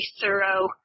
thorough